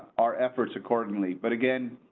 our efforts accordingly. but again.